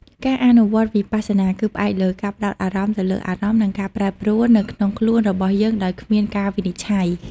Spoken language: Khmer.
ការអនុវត្តន៍វិបស្សនាគឺផ្អែកលើការផ្តោតអារម្មណ៍ទៅលើអារម្មណ៍និងការប្រែប្រួលនៅក្នុងខ្លួនរបស់យើងដោយគ្មានការវិនិច្ឆ័យ។